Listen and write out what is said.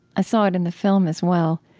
i saw it in the film as well